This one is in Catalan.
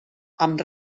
amb